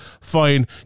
fine